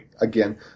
again